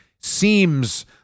seems